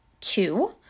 two